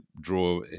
draw